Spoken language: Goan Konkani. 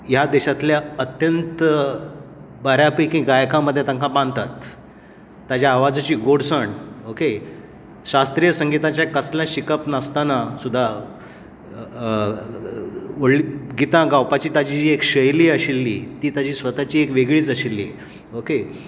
ह्या देशातल्या अत्यंत बऱ्या पैकी गायका मदी तांकां मानतात ताज्या आवाजाची गोडसाण ओके शास्त्रिय संगिताचे कसलें शिकप नासतना सुदां गीता गावपाची ताजी एक शैली आशिल्ली ती ताजी स्वताची एक वेगळींच आशिल्ली ओके